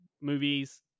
movies